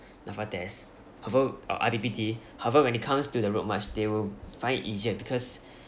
NAPFA test however or I_P_P_T however when it comes to the route march they will find easier because